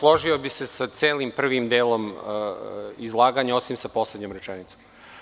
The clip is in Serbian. Složio bih se sa celim prvim delom izlaganja, osim sa poslednjom rečenicom.